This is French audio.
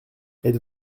êtes